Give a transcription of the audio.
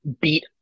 beat